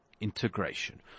integration